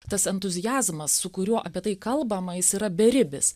tas entuziazmas su kuriuo apie tai kalbama jis yra beribis